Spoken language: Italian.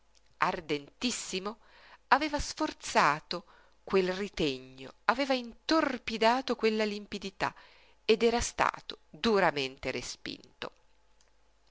ardentissimo aveva sforzato quel ritegno aveva intorbidato quella limpidità ed era stato duramente respinto